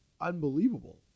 unbelievable